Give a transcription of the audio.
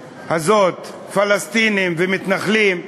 הזאת, פלסטינים ומתנחלים,